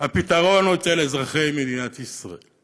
הפתרון הוא אצל אזרחי מדינת ישראל.